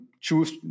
choose